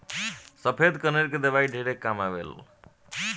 सफ़ेद कनेर के दवाई ढेरे काम आवेल